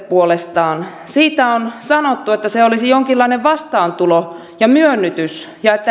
puolestaan on sanottu että se olisi jonkinlainen vastaantulo ja myönnytys ja että